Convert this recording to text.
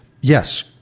yes